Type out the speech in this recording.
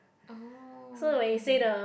oh okay